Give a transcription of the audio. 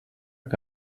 que